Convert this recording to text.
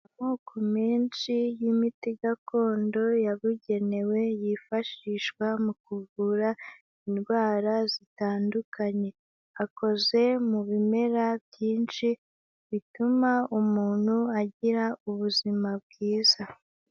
Amoko menshi y'imiti gakondo yabugenewe yifashishwa mu kuvura indwara zitandukanye, akoze mu bimera byinshi bituma umuntu agira ubuzima bwiza.